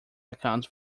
accounts